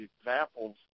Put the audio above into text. examples